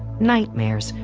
nightmares,